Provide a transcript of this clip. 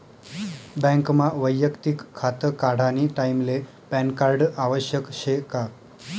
बँकमा वैयक्तिक खातं काढानी टाईमले पॅनकार्ड आवश्यक शे का?